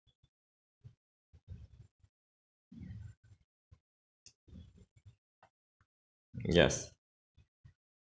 yes